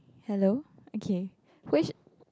hello okay which